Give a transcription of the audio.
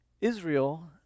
Israel